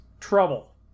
Trouble